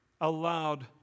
allowed